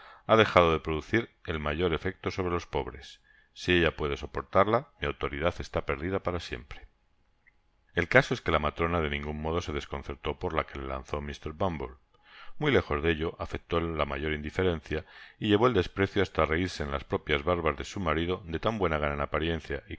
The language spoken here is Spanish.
he dejado de producir el mayor efecto sobre los pobres si ella puede suportarla mi autoridad está perdida para siempre el caso es que la matrona de ningun modo se desconcertó por la que le lanzó mr bumble muy lejos de ello afectó la mayor indiferencia y llevó el desprecio hasta reirse en las propias barbas de su marido de tan buena gana en apariencia